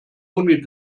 only